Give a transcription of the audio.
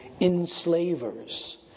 enslavers